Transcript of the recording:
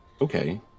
okay